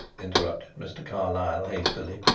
interrupted mr. carlyle hastily.